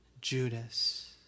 Judas